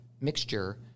mixture